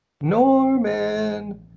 Norman